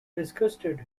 disgusted